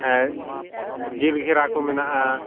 ᱡᱷᱤᱞ ᱠᱷᱮᱨᱟ ᱠᱚ ᱢᱮᱱᱟᱜᱼᱟ